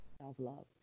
self-love